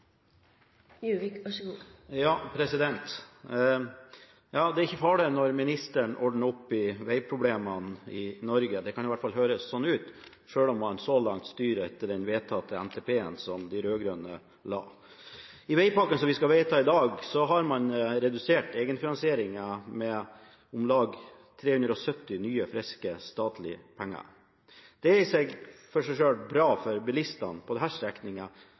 om han så langt styrer etter den vedtatte NTP som de rød-grønne la fram. I vegpakken som vi skal vedta i dag, har man redusert egenfinansieringen med om lag 370 mill. kr – nye, friske statlige penger. Det er i seg selv bra for bilistene på denne strekningen, på samme måte som det